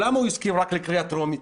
למה הוא הסכים רק לקריאה טרומית?